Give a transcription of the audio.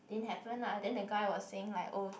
didn't happen lah then that guy was saying like oh